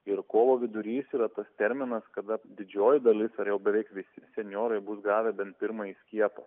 ir kovo vidurys yra tas terminas kada didžioji dalis ar jau beveik visi senjorai bus gavę bent pirmąjį skiepą